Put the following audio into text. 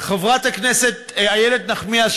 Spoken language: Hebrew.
חברת הכנסת איילת נחמיאס,